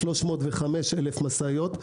305,000 משאיות,